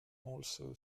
also